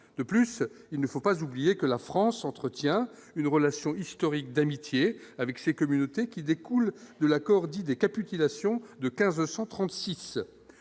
de plus, il ne faut pas oublier que la France entretient une relation historique d'amitié avec ces communautés qui découle de l'accord dit des décape, utilisation de 1536